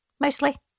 Mostly